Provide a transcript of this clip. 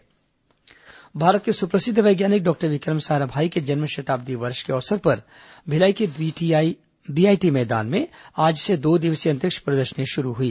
अंतरिक्ष प्रदर्शनी दुर्ग भारत के सुप्रसिद्ध वैज्ञानिक डॉक्टर विक्रम साराभाई के जन्म शताब्दी वर्ष के अवसर पर भिलाई के बी आईटी मैदान में आज से दो दिवसीय अंतरिक्ष प्रदर्शनी शुरू हुई